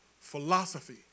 philosophy